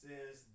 Says